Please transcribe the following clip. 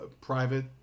private